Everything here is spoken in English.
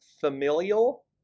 familial